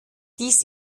dies